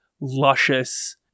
luscious